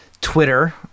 Twitter